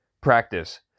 Practice